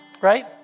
Right